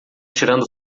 tirando